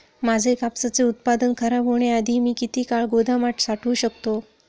माझे कापसाचे उत्पादन खराब होण्याआधी मी किती काळ गोदामात साठवू शकतो?